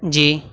جی